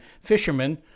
fishermen